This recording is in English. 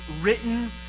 Written